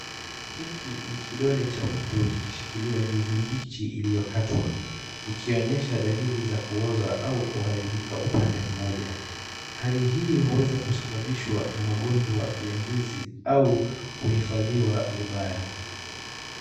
Hiki ni kidole cha mtu kikishikilia ndizi mbichi iliyokatwa ikionyesha dalili za kuoza au kuharibika upande mmoja. Hali hii huweza kusababishwa na magonjwa ya ndizi au kuhifadhiwa vibaya.